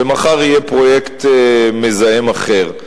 ומחר יהיה פרויקט מזהם אחר.